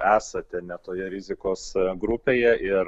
esate ne toje rizikos grupėje ir